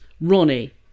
Ronnie